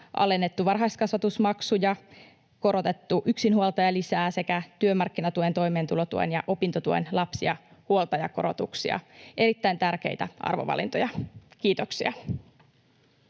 alennettu varhaiskasvatusmaksuja ja korotettu yksinhuoltajalisää sekä työmarkkinatuen, toimeentulotuen ja opintotuen lapsi- ja huoltajakorotuksia — erittäin tärkeitä arvovalintoja. — Kiitoksia.